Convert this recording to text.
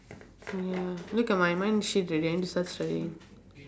ya look at mine mine is shit already I need to start studying